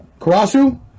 Karasu